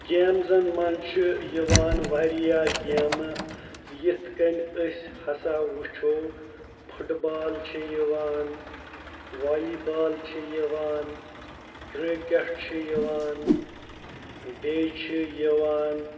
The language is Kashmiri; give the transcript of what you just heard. گیمزَن منٛز چھِ یِوان واریاہ گیمہٕ یِتھ کٔنۍ أسۍ ہَسا وٕچھو فُٹ بال چھِ یِوان والی بال چھِ یِوان کِرٛکَٹ چھِ یِوان بیٚیہِ چھِ یِوان